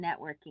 networking